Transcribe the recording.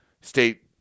state